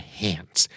hands